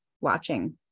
watching